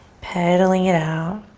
pedaling it out.